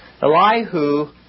Elihu